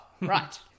right